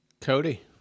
Cody